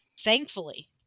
thankfully